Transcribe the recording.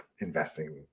investing